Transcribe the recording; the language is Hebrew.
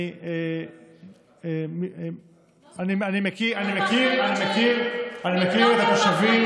אני מכיר את התושבים.